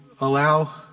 allow